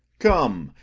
come,